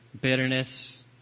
bitterness